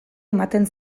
ematen